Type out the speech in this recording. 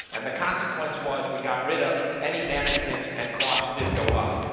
and the consequence was we got rid of any management, and cost did go up.